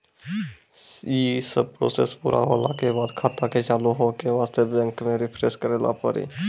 यी सब प्रोसेस पुरा होला के बाद खाता के चालू हो के वास्ते बैंक मे रिफ्रेश करैला पड़ी?